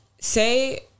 say